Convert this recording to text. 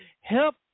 help